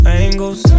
angles